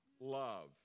love